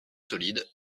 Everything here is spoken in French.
solide